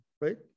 right